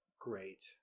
great